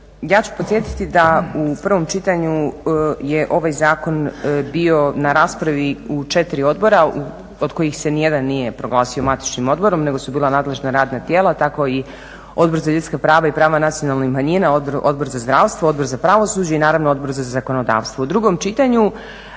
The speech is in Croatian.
Ja ću podsjetiti da u prvom čitanju je ovaj zakon bio na raspravi u četiri odbora od kojih se ni jedan nije proglasio matičnim odborom nego su bila nadležna radna tijela, tako i Odbor za ljudska prava i prava nacionalnih manjina, Odbor za zdravstvo, Odbor za pravosuđe i naravno Odbor za zakonodavstvo. U drugom čitanju